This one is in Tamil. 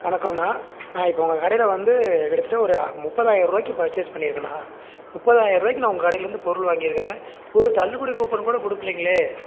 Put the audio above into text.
வணக்கண்ணா நான் இப்போ உங்கள் கடையில் வந்து கிட்டத்தட்ட ஒரு ஆ முப்பதாயிருவாக்கி பர்ச்சஸ் பண்ணிருக்கண்ணா முப்பத்தயிருவாக்கி நான் உங்கள் கடையில் இருந்து பொருள் வாங்கிருக்கிறேன் ஒரு தள்ளுபடி கூப்பன் கூட கொடுக்குலீங்களே